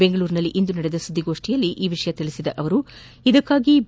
ಬೆಂಗಳೂರಿನಲ್ಲಿಂದು ನಡೆದ ಸುದ್ದಿಗೋಷ್ಠಿಯಲ್ಲಿ ಈ ವಿಷಯ ತಿಳಿಸಿದ ಅವರು ಇದಕ್ಕಾಗಿ ಬಿ